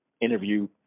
interview